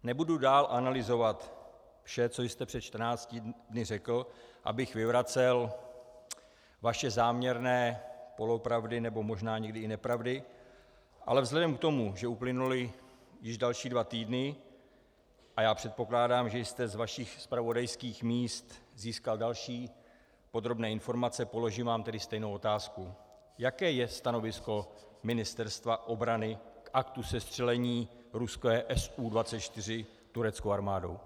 Nebudu dál analyzovat vše, co jste před 14 dny řekl, abych vyvracel vaše záměrné polopravdy, nebo možná někdy i nepravdy, ale vzhledem k tomu, že uplynuly již další dva týdny a já předpokládám, že jste z vašich zpravodajských míst získal další podrobné informace, položím vám tedy stejnou otázku: Jaké je stanovisko Ministerstva obrany k aktu sestřelení ruské Su24 tureckou armádou?